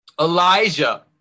Elijah